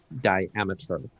diameter